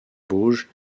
bauges